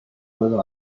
puedo